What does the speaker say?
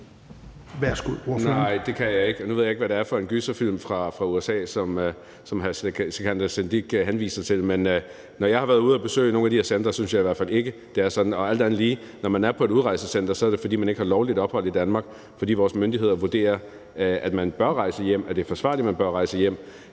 når jeg har været ude at besøge nogle af de her centre, synes jeg i hvert fald ikke, det er sådan. Og alt andet lige: Når man er på et udrejsecenter, er det, fordi man ikke har lovligt ophold i Danmark, fordi vores myndigheder vurderer, at man bør rejse hjem, og at det forsvarligt, at man bør rejse hjem.